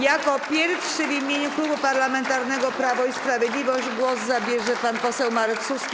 Jako pierwszy, w imieniu Klubu Parlamentarnego Prawo i Sprawiedliwość, głos zabierze pan poseł Marek Suski.